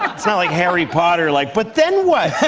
it's not like harry potter, like, but then what?